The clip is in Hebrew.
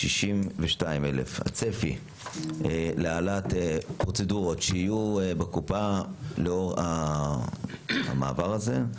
62,000. הצפי להעלאת פרוצדורות שיהיו בקופה לאור המעבר הזה,